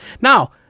Now